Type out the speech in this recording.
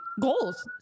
Goals